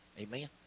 Amen